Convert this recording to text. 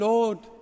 Lord